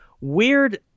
weird